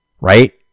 Right